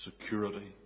security